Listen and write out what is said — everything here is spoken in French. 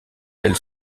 elle